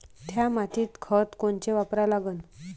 थ्या मातीत खतं कोनचे वापरा लागन?